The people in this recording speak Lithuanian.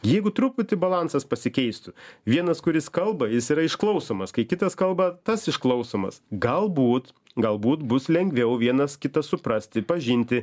jeigu truputį balansas pasikeistų vienas kuris kalba jis yra išklausomas kai kitas kalba tas išklausomas galbūt galbūt bus lengviau vienas kitą suprasti pažinti